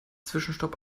zwischenstopp